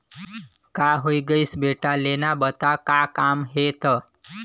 का होये गइस बेटा लेना बता का काम हे त